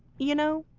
you know,